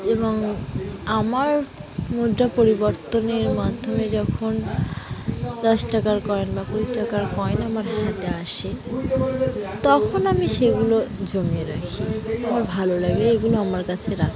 এবং আমার মুদ্রা পরিবর্তনের মাধ্যমে যখন দশ টাকার কয়েন বা কুড়ি টাকার কয়েন আমার হাতে আসে তখন আমি সেগুলো জমিয়ে রাখি আমার ভালো লাগে এগুলো আমার কাছে রাখতে